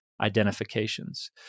identifications